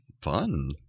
fun